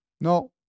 No